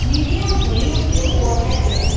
media ভলিউমটো বঢ়াই দিয়া